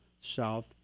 south